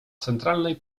centralnej